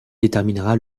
déterminera